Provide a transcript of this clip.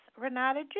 Renata